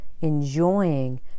enjoying